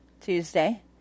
Tuesday